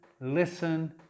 listen